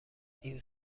این